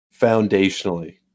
foundationally